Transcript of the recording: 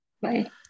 bye